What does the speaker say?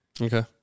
Okay